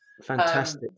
fantastic